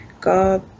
God